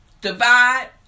Divide